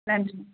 நன்றிங்க